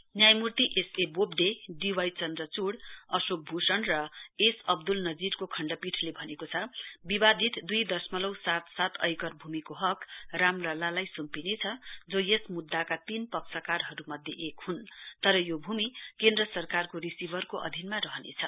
न्यायमूर्ति S A Bobde D Y Chandrachud Ashok Bhushan र S Abdul नजीरको खण्डपीठले भनेको छ विवादित दुई दशमलउ सात सात ऐकर भूमि को हक राम लल्लालाई स्म्पिनेछ जो यस म्द्दाका तीन पक्षकारहरू मध्ये एक हुन् तर यो भूमि केन्द्र सरकारको रिसिभरको अधीनमा रहनेछ